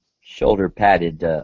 shoulder-padded